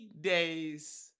Days